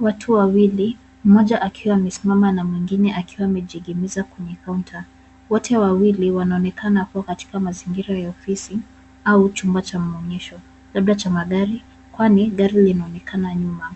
Watu wawili, mmoja akiwa amesimama na mwingine akiwa amejiegemeza kwenye kaunta. Wote wawili wanaonekana wako katika mazingira ya ofisi au chumba cha maonyesho, labda cha magari kwani gari linaonekana nyuma.